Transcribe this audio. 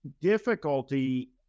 difficulty